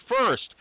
first